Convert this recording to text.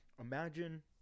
imagine